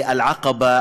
הרפואה.